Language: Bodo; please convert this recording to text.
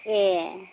ए